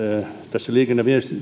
tässä liikenne ja